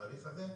התהליך הזה.